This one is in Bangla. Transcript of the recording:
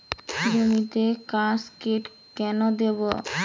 জমিতে কাসকেড কেন দেবো?